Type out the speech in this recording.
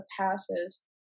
passes